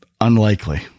Unlikely